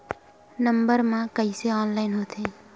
Number मा कइसे online होथे?